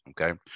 Okay